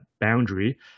boundary